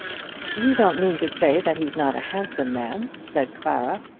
you don't mean to say that he's not a handsome man, said clara.